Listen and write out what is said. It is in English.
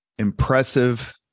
impressive